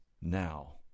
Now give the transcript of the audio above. now